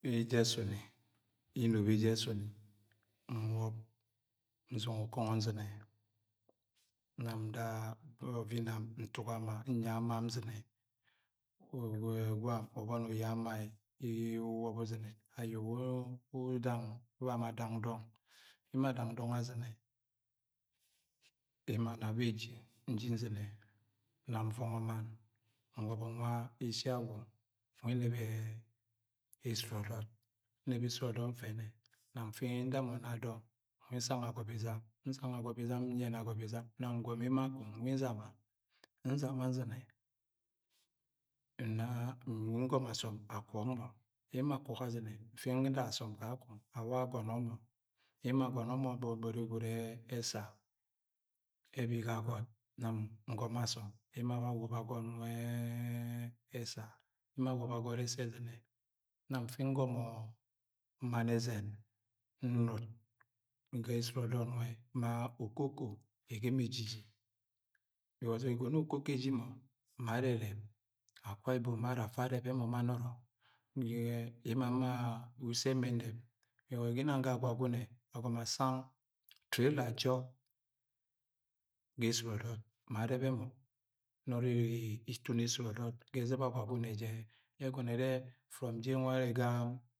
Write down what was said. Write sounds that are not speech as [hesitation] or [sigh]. Eje esumi, inobo eje esuni nwob, nsinge ukọngọ nzine, nnọng ovini ntuk ama, nyai ama nzine, gwam uboni uyai ama e̱. Una uzinẹ iyẹ uwa udang, bam adang dong, bam dang dong a zine. Emo ana beji, nji nzinẹ nam nvọngọ mann nfi nwa ishi agwo nwa nrẹbẹ ejud ọ do̱t, nrẹbẹ esud ọdọt nfene nfi nda nno ga dọng nwa nsang agobẹ i sang. Nam nyenẹ agọbẹ izam. Nam ngọmọ emo a kong nwa nzama. Nzama nzine, nda, nwi ngọmọ asọm akwọk mo. Emo akwok azine. Nfi nda asọm kakọng ama agọnọ mọ. Emo a gọnọ gbọgbọri gwud esa. Ebi ga agot nam ngọmọ asọm emo awa, awa akwok agọt nwe esa. Emo akwọk agọt esa ẹzinẹ. Nfi nda asom kakong awa asọnọ mọ. Emo asọnọ mọ gbọgbọri gwud esa. Ebi ga agot nam ngọmo asom emo awa awobo agot nwe esa. Emo awobo asot ẹsa ẹ zine, nam nfi nojomo mam ẹzẹn nnut ga esud ọdọt nwẹ ma okoko ega mo ejiji because ẹgọnọ yẹ okoko ejiji mo ma girẹrẹb akwa ibom bẹ ara afa arẹbẹ mọ ma nọrọ [hesitation] uso ẹmẹ ẹnẹb. Because ginang ga agwagune agọmọ asang trela jọp, ga esud ọ dọt, ma arẹbe mọ nọrọ iri itun esud ọdọt ga ẹziba agwagune jẹ. Ye e̱oro̱no̱ ere from Januray ga.